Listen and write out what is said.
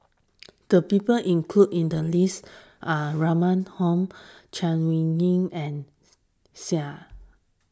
the people included in the list are Rahim Omar Chay Weng Yew and Seah